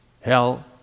hell